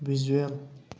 visual